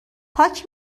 پاک